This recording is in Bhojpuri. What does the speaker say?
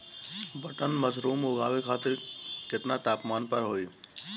बटन मशरूम उगावे खातिर केतना तापमान पर होई?